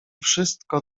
wszystko